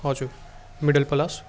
हजुर मिडल पलास